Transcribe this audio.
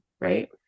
right